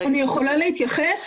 אני יכולה להתייחס?